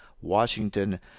Washington